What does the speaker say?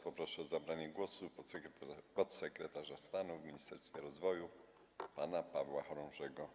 Poproszę o zabranie głosu podsekretarza stanu w Ministerstwie Rozwoju pana Pawła Chorążego.